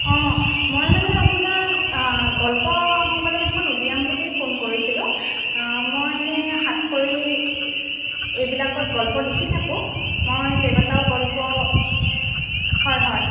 অঁ মই মানে আপোনাক গল্প সংকলন এখন উলিয়াম বুলি ফোন কৰিছিলোঁ মই এনেই সাতসৰী এইবিলাকত গল্প লিখি থাকোঁ মই কেইবাটাও গল্প হয় হয়